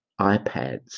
iPads